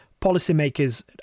policymakers